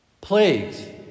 plagues